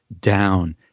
down